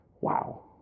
Wow